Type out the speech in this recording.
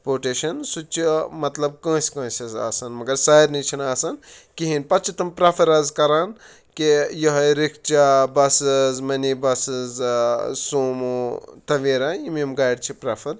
پوٹیشَن سُہ تہِ چھُ مطلب کٲنٛسہِ کٲنٛسہِ حظ آسان مگر سارنی چھِنہٕ آسان کِہیٖنۍ پَتہٕ چھِ تِم پرٛٮ۪فَر حظ کَران کہِ یِہوٚے rickshaw buses mini buses Sumo Tavera یِم یِم گاڑِ چھِ پرٛٮ۪فَر